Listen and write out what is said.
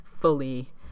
fully